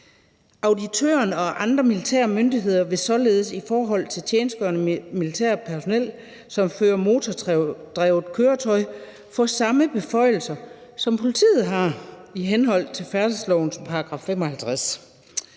Auditøren og andre militære myndigheder vil således i forhold til tjenestegørende militært personel, som fører motordrevet køretøj, få samme beføjelser, som politiet har i henhold til færdselslovens § 55.